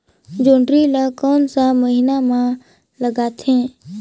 जोंदरी ला कोन सा महीन मां लगथे?